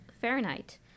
Fahrenheit